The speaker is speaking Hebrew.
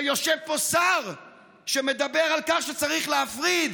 ויושב פה שר שמדבר על כך שצריך להפריד